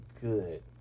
good